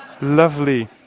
lovely